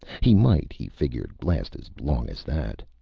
he might, he figured, last as long as that.